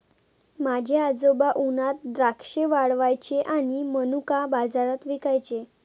माझे आजोबा उन्हात द्राक्षे वाळवायचे आणि मनुका बाजारात विकायचे